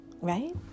right